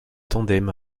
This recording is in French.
tandem